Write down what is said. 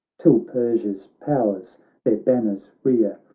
till persia's powers their ban ners rear,